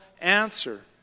answer